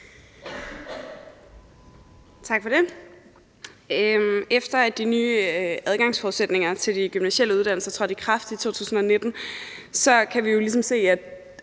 Efter at de nye adgangsforudsætninger til de gymnasiale uddannelser trådte i kraft i 2019 kan vi jo